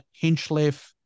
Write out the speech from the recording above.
Hinchliffe